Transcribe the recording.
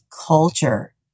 culture